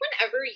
whenever